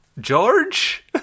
George